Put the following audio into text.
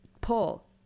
paul